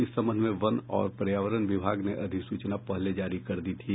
इस संबंध में वन और पर्यावरण विभाग ने अधिसूचना पहले जारी कर दी थी